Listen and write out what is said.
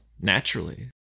naturally